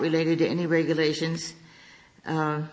related to any regulations